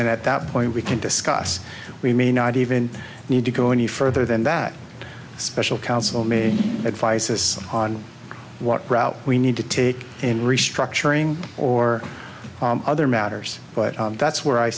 then at that point we can discuss we may not even need to go any further than that special counsel may advise us on what route we need to take in restructuring or other matters but that's where i